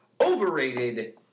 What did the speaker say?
Overrated